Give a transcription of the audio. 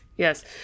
Yes